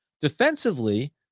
Defensively